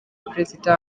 perezida